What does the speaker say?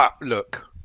Look